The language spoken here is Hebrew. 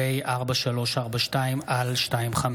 פ/4342/25: